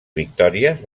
victòries